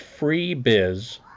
freebiz